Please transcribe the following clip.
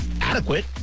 adequate